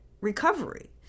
recovery